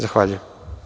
Zahvaljujem.